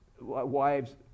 wives